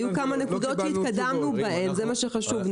היו כמה נקודות שהתקדמנו בהן, זה מה שחשוב.